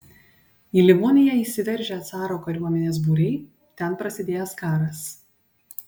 į livoniją įsiveržę caro kariuomenės būriai ten prasidėjęs karas